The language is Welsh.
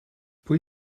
pwy